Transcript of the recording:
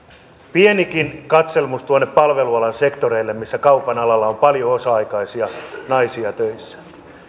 pienikin katselmus tuonne palvelualan sektoreille missä kaupan alalla on paljon osa aikaisia naisia töissä